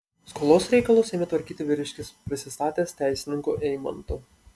skolos reikalus ėmė tvarkyti vyriškis prisistatęs teisininku eimantu